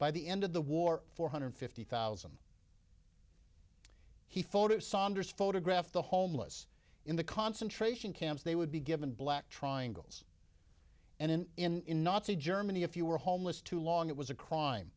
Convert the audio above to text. by the end of the war four hundred fifty thousand he fought it saunders photographed the homeless in the concentration camps they would be given black triangles and in in nazi germany if you were homeless too long it was a crime